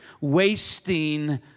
wasting